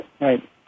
Right